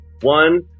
one